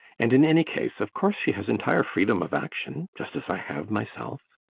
and in any case, of course she has entire freedom of action, just as i have myself.